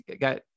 got